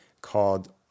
called